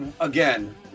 again